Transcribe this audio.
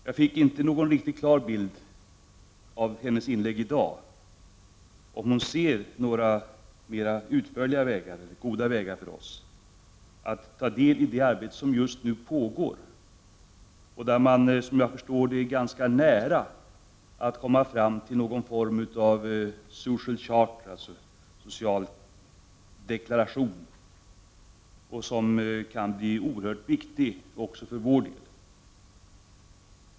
Jag fick inte någon riktigt klar bild av hennes inlägg i dag, om hon ser några mer goda vägar för oss att ta del i det arbete som just nu pågår. Jag förstår att man är ganska nära att komma fram till någon form av ”social charter”, social deklaration. En sådan kan bli oerhört viktig också för vår del.